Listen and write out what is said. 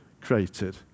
created